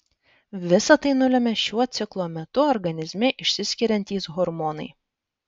visa tai nulemia šiuo ciklo metu organizme išsiskiriantys hormonai